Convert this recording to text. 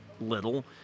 little